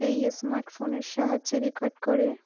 এই স্মার্টফোনের সাহায্যে রেকর্ড করে